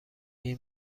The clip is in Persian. این